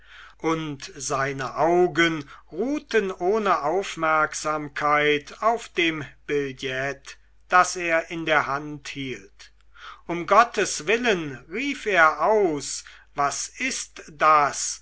und seine augen ruhten ohne aufmerksamkeit auf dem billett das er in der hand hielt um gottes willen rief er aus was ist das